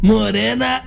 Morena